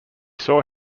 saw